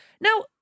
Now